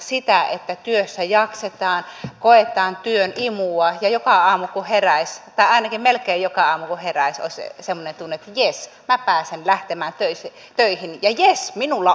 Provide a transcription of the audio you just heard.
sitä että työssä jaksetaan koetaan työn imua ja joka aamu kun herää tai ainakin melkein joka aamu kun herää olisi semmoinen tunne että jes minä pääsen lähtemään töihin ja jes minulla on töitä